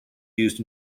used